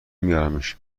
میارمش